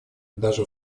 даже